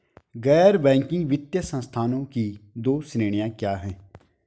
गैर बैंकिंग वित्तीय संस्थानों की दो श्रेणियाँ क्या हैं?